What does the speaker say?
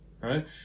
Right